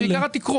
זה בעיקר התקרות.